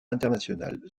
international